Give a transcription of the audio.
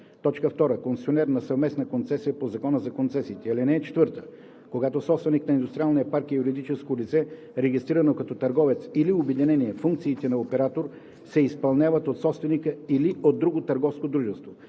2. концесионер на съвместна концесия по Закона за концесиите. (4) Когато собственик на индустриалния парк е юридическо лице, регистрирано като търговец, или обединение, функциите на оператор се изпълняват от собственика или от друго търговско дружество.